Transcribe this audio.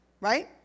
right